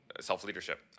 self-leadership